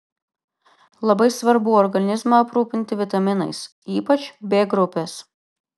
labai svarbu organizmą aprūpinti vitaminais ypač b grupės